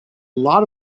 lot